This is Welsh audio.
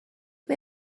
mae